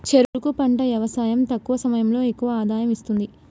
చెరుకు పంట యవసాయం తక్కువ సమయంలో ఎక్కువ ఆదాయం ఇస్తుంది